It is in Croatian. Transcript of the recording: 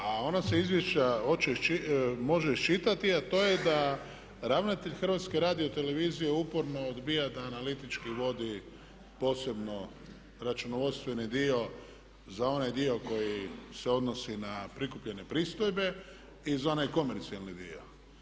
A ona se iz izvješća može iščitati a to je da ravnatelj HRT-a uporno odbija da analitički vodi posebno računovodstveni dio za onaj dio koji se odnosi na prikupljene pristojbe i za onaj komercijalni dio.